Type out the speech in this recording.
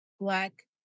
Black